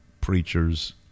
preachers